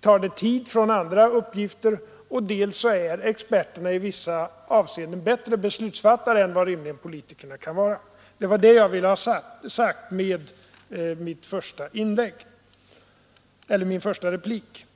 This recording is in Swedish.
tar det tid från andra uppgifter, dels är experterna i vissa avseenden bättre beslutsfattare än vad rimligen politikerna kan vara. Det var detta jag ville ha sagt med min första replik.